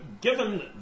given